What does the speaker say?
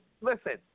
listen